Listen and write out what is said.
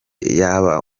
yaba